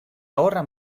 ahorra